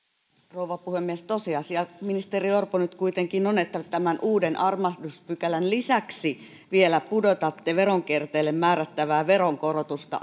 rouva puhemies tosiasia ministeri orpo nyt kuitenkin on että tämän uuden armahduspykälän lisäksi vielä pudotatte veronkierrolle määrättävää veronkorotusta